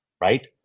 right